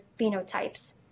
phenotypes